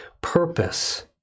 purpose